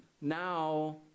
Now